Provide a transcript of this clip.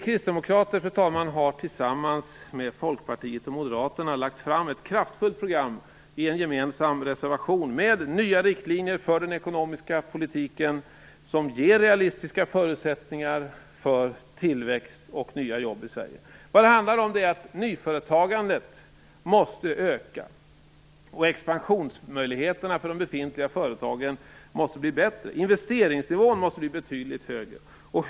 Vi kristdemokrater har tillsammans med Folkpartiet och Moderaterna lagt fram ett kraftfullt program i en gemensam reservation med nya riktlinjer för den ekonomiska politiken som ger realistiska förutsättningar för tillväxt och nya jobb i Sverige. Det handlar om att nyföretagandet måste öka. Expansionsmöjligheterna för befintliga företag måste bli bättre. Investeringsnivån måste bli betydligt högre.